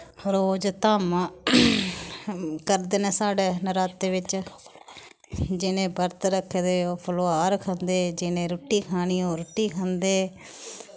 रोज धामां करदे न साढ़ै नरात्तें बिच्च जिनें बरत रक्खे दे ओह् फलोआर खंदे जिनें रुट्टी खानी ओह् रुट्टी खंदे